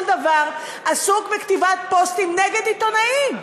דבר עסוק בכתיבת פוסטים נגד עיתונאים,